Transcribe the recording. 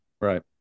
Right